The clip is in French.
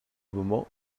moment